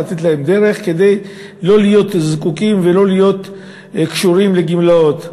לתת להם דרך כדי שלא להיות זקוקים ולא להיות קשורים לגמלאות.